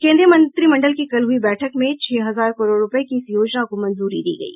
केन्द्रीय मंत्रिमंडल की कल हुई बैठक में छह हजार करोड़ रुपये की इस योजना को मंजूरी दी गयी